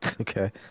Okay